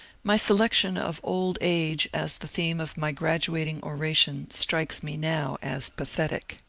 my selection of old age as the theme of my graduating oration strikes me now as pathetic.